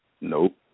nope